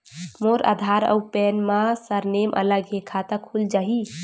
मोर आधार आऊ पैन मा सरनेम अलग हे खाता खुल जहीं?